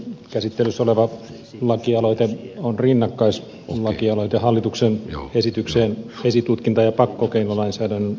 käsittelyssä oleva lakialoite on rinnakkaislakialoite hallituksen esitykseen esitutkinta ja pakkokeinolainsäädännön uudistamiseksi